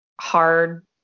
hard